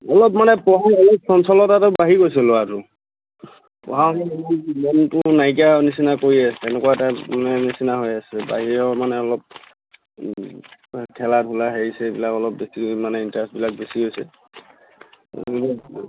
অলপ মানে পঢ়ে অলপ মানে চঞ্চলতাটো বাঢ়ি গৈছে ল'ৰাটোৰ পঢ়াৰ প্ৰতি মনটো নাইকিয়া নিচিনা কৰি আছে তেনেকুৱা টাইপ নিচিনা হৈ আছে বা ইউ মানে অলপ খেলা ধূলা হেৰি চেৰিবিলাক অলপ বেছি মানে ইণ্টাৰেষ্টবিলাক বেছি হৈছে